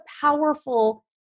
powerful